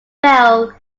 fell